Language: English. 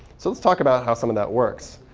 so let's talk about how some of that works.